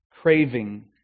craving